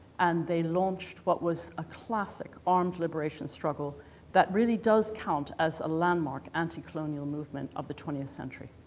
and they launched what was a classic armed liberation struggle that really does count as a landmark anti-colonial movement of the twentieth century.